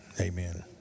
amen